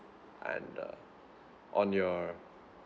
and uh on your